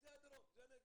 וזה הנגב.